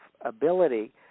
ability